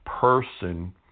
person